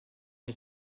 est